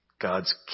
God's